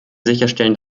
sicherstellen